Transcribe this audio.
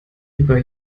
über